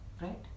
Right